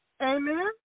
Amen